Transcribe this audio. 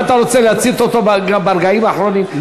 מה אתה רוצה, להצית אותו ברגעים האחרונים?